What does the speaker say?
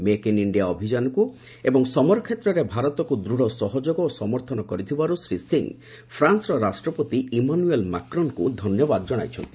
make in India ଅଭିଯାନକୁ ଏବଂ ସମର କ୍ଷେତ୍ରରେ ଭାରତକୁ ଦୂଢ଼ ସହଯୋଗ ଓ ସମର୍ଥନ କରିଥିବାରୁ ଶ୍ରୀ ସିଂହ ଫ୍ରାନ୍ୱର ରାଷ୍ଟ୍ରପତି ଇମାନୁଏଲ୍ ମାକ୍ରନ୍ଙ୍କୁ ଧନ୍ୟବାଦ ଜଣାଇଛନ୍ତି